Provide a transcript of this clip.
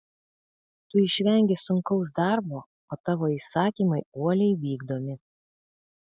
tu išvengi sunkaus darbo o tavo įsakymai uoliai vykdomi